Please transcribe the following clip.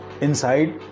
inside